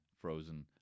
Frozen